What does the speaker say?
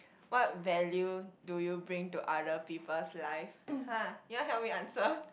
what value do you bring to other people's life !huh! you want help me answer